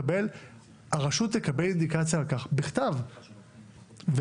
הרשות תקבל אינדיקציה על כך בכתב ואז